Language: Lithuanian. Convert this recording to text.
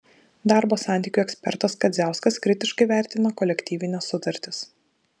darbo santykių ekspertas kadziauskas kritiškai vertina kolektyvines sutartis